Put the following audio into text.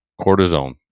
cortisone